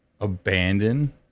abandon